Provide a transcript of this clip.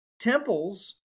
temples